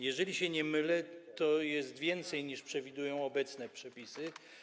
Jeżeli się nie mylę, to jest więcej, niż przewidują obecne przepisy.